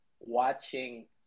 watching